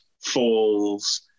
falls